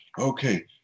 okay